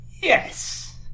yes